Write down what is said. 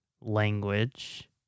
language